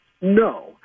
No